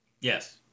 Yes